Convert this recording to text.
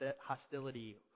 hostility